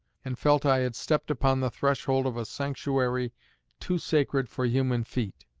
and felt i had stepped upon the threshold of a sanctuary too sacred for human feet.